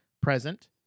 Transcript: present